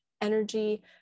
energy